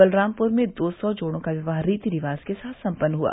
बलरामपुर में दो सौ जोड़ों का विवाह रीति रिवाज के साथ सम्पन्न हुआ